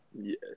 Yes